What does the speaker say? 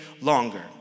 longer